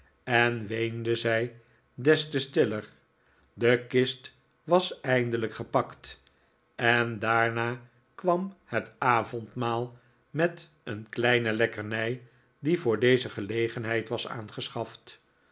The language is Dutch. en weende zij des te stiller de kist was eindelijk gepakt en daarna kwam het avondmaal met een kleine lekkernij die voor deze gelegenheid was aangeschaft